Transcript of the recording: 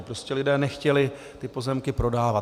Prostě lidé nechtěli ty pozemky prodávat.